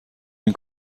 این